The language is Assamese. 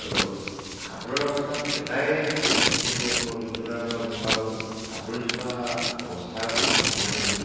আৰু সাঁতোৰা অৱস্থাত এটাই এইটো মোৰ অভিজ্ঞতাৰপৰা গম পালো সাঁতুৰি থকা অৱস্থাৰ সময়খিনিত